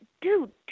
dude